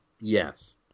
Yes